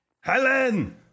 Helen